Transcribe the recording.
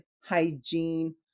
hygiene